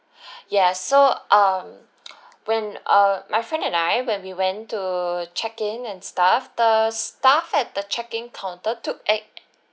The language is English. ya so um when uh my friend and I when we went to check in and stuff the staff at the check-in counter took ag~